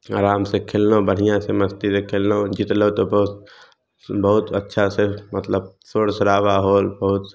आराम से खेललहुॅं बढ़िऑं से मस्तीमे खेललहुॅं जितलहुॅं तऽ बहुत बहुत अच्छा से मतलब सोर सराबा होल बहुत